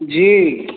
जी